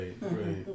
right